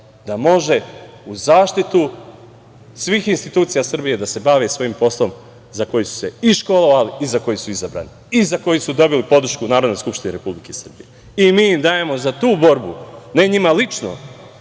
da može, uz zaštitu svih institucija Srbije, da se bavi svojim poslom za koji su se i školovali i za koji su izabrani i za koji su dobili podršku Narodne skupštine Republike Srbije. Mi im dajemo za tu borbu, ne njima lično,